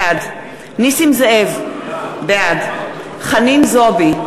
בעד נסים זאב, בעד חנין זועבי,